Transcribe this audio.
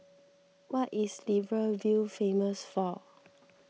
what is Libreville famous for